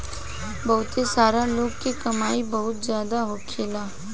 बहुते सारा लोग के कमाई बहुत जादा होखेला